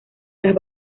las